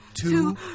two